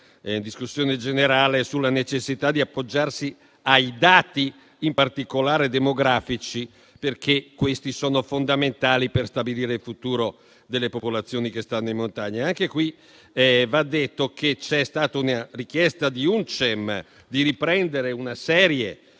in discussione generale sulla necessità di appoggiarsi ai dati, in particolare demografici, perché questi sono fondamentali per stabilire il futuro delle popolazioni che risiedono in montagna. Anche qui va detto che c'è stata una richiesta di UNCEM di riprendere una serie